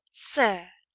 sir,